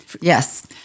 Yes